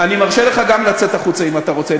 אני מרשה לך גם לצאת החוצה אם אתה רוצה.